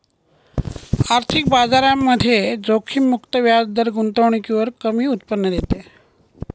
आर्थिक बाजारामध्ये जोखीम मुक्त व्याजदर गुंतवणुकीवर कमी उत्पन्न देते